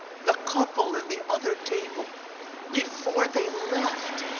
the couple in the other table before they left,